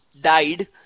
died